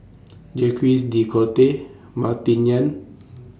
Jacques De Coutre Martin Yan